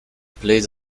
played